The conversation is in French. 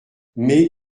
mais